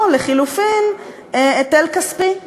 או לחלופין היטל כספי,